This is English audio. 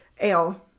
ale